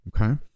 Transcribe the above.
Okay